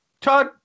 Todd